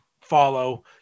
follow